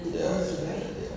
ya ya ya ya